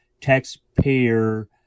taxpayer